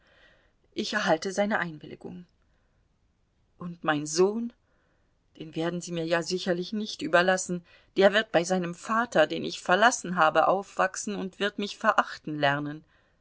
ich erhalte seine einwilligung und mein sohn den werden sie mir ja sicherlich nicht überlassen der wird bei seinem vater den ich verlassen habe aufwachsen und wird mich verachten lernen